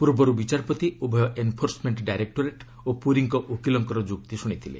ପୂର୍ବରୁ ବିଚାରପତି ଉଭୟ ଏନ୍ଫୋର୍ସମେଣ୍ଟ ଡାଇରେକ୍ଟୋରେଟ୍ ଓ ପୁରୀଙ୍କ ଓକିଲଙ୍କ ଯୁକ୍ତି ଶୁଣିଥିଲେ